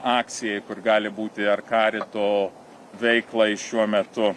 akcijai kur gali būti ar karito veiklai šiuo metu